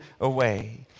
away